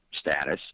status